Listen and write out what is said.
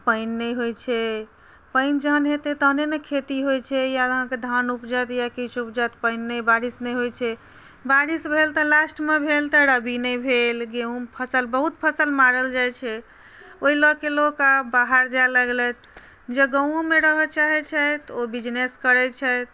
पानि नैहि होइ छै पानि जखन हेतै तखने ने खेती होइ छै या अहाँ धान उपजत या किछु उपजत पानि नहि बारिश नहि होइ छै बारिश भेल तऽ लास्टमे भेल तऽ रबी नहि भेल गेहूॅंके फसल बहुत फसल मारल जाइ छै ओहि लऽ कऽ लोक आब बाहर जाय लगलथि जॅं गाँवओमे रहै चाहे छथि ओ बिजनेस करय छथि